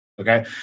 Okay